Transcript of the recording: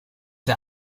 der